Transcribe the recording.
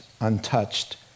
untouched